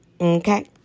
Okay